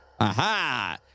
Aha